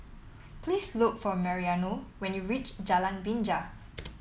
please look for Mariano when you reach Jalan Binja